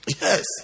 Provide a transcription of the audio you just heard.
Yes